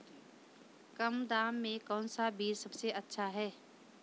कम दाम में कौन सा बीज सबसे अच्छा है?